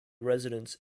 residents